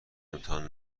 امتحان